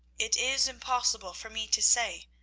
it is impossible for me to say,